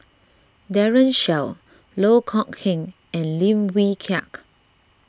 Daren Shiau Loh Kok Heng and Lim Wee Kiak